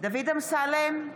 דוד אמסלם,